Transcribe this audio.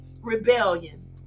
rebellion